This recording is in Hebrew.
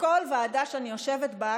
בכל ועדה שאני יושבת בה,